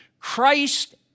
Christ